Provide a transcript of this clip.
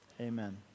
amen